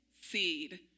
seed